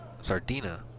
Sardina